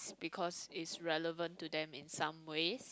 it's because it's relevant to them in some ways